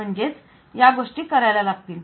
म्हणजेच या गोष्टी करायला लागतील